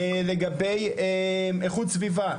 לגבי איכות סביבה,